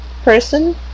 person